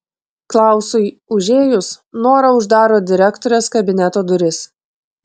klausui užėjus nora uždaro direktorės kabineto duris